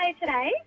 today